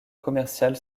commerciale